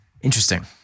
Interesting